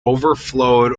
overflowed